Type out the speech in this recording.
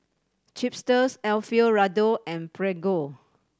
Chipster Alfio Raldo and Prego